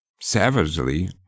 savagely